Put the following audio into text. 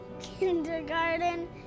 Kindergarten